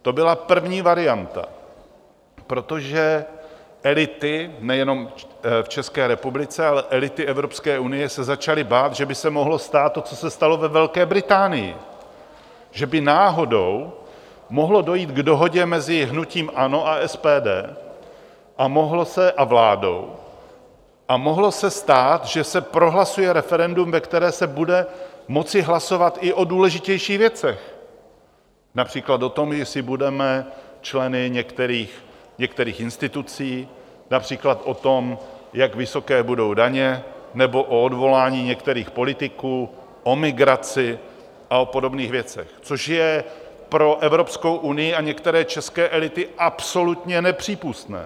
To byla první varianta, protože elity, nejenom v České republice, ale elity Evropské unie, se začaly bát, že by se mohlo stát to, co se stalo ve Velké Británii, že by náhodou mohlo dojít k dohodě mezi hnutím ANO a SPD a vládou a mohlo se stát, že se prohlasuje referendum, ve kterém se bude moci hlasovat i o důležitějších věcech, například o tom, jestli budeme členy některých institucí, například o tom, jak vysoké budou daně, nebo o odvolání některých politiků, o migraci a o podobných věcech, což je pro Evropskou unii a některé české elity absolutně nepřípustné.